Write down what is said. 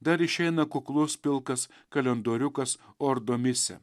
dar išeina kuklus pilkas kalendoriukas ordomise